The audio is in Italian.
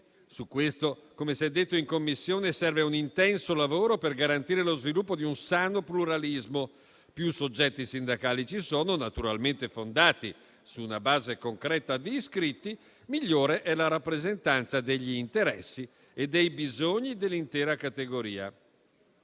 Su questo, come si è detto in Commissione, serve un intenso lavoro per garantire lo sviluppo di un sano pluralismo: più soggetti sindacali ci sono, naturalmente fondati su una base concreta di iscritti, migliore è la rappresentanza degli interessi e dei bisogni dell'intera categoria.